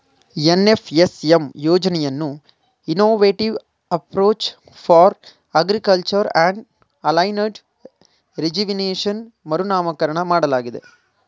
NFSM ಯೋಜನೆಯನ್ನು innovative approach for agriculture and aligned rejuvenation ಮರುನಾಮಕರಣ ಮಾಡಲಾಗಿದೆ